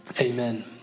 Amen